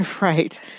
Right